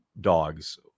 dogs